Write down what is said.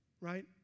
Right